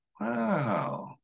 wow